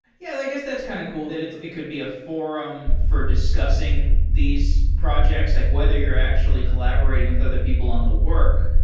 yeah, i guess that's kind of cool that it it could be a forum for discussing these projects, like whether you're actually collaborating with other people on the work.